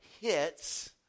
hits